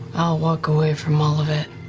i'll walk away from all of it,